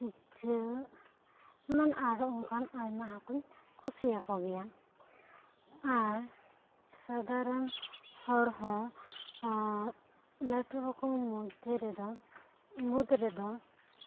ᱤᱪᱟᱹᱜ ᱮᱢᱟᱱ ᱟᱨᱚ ᱚᱱᱠᱟᱱ ᱟᱭᱢᱟ ᱦᱟᱹᱠᱩᱧ ᱠᱩᱥᱤᱣᱟᱠᱚ ᱜᱤᱭᱟ ᱟᱨ ᱥᱟᱫᱷᱟᱨᱚᱱ ᱦᱚᱲ ᱦᱚᱸ ᱞᱟᱹᱴᱩ ᱦᱟᱹᱠᱩ ᱢᱩᱫᱽᱫᱮ ᱨᱮ ᱫᱚ ᱢᱩᱫᱽ ᱨᱮ ᱫᱚ